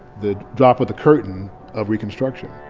the drop of the curtain of reconstruction.